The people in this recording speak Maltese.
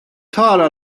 tara